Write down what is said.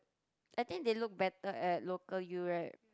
I think they look better at local U right